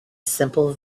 simple